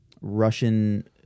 Russian